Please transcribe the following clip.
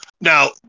now